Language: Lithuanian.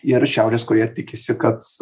ir šiaurės korėja tikisi kad